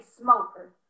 smoker